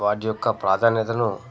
వాటి యొక్క ప్రాధాన్యతను